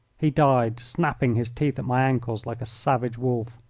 he died, snapping his teeth at my ankles like a savage wolf.